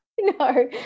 No